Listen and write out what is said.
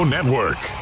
Network